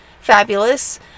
fabulous